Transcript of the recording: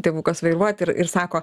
tėvukas vairuot ir ir sako